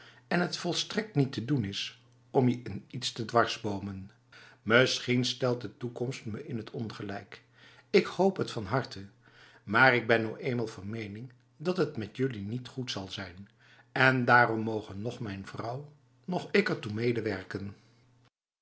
en het volstrekt niet te doen is om je in iets te dwarsbomen misschien stelt de toekomst me in het ongelijk ik hoop het van harte maar ik ben nu eenmaal van mening dat het met jullie niet goed zal zijn en daarom mogen noch mijn vrouw noch ik ertoe medewerkenf